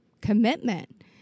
commitment